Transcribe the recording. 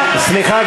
סליחה,